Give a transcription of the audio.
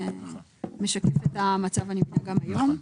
זה משקף את המצב הנבדק גם היום,